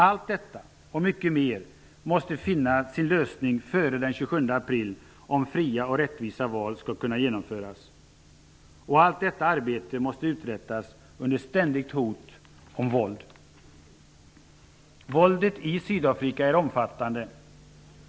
Allt detta och mycket mer måste finna sin lösning före den 27 april, om fria och rättvisa val skall kunna genomföras. Och allt detta arbete måste uträttas under ständigt hot om våld. Våldet i Sydafrika är omfattande.